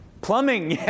Plumbing